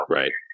right